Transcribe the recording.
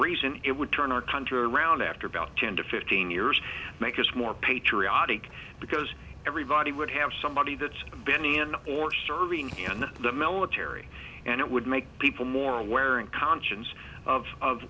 reason it would turn our country around after about ten to fifteen years make us more patriotic because everybody would have somebody that's been in or serving in the military and it would make people more aware and conscience of